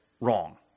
wrong